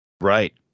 Right